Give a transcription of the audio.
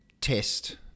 test